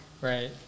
Right